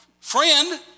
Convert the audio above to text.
friend